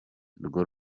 rwo